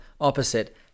opposite